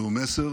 זהו מסר